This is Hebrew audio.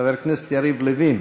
חבר הכנסת יריב לוין.